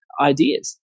ideas